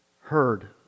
heard